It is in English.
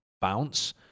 bounce